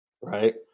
Right